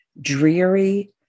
dreary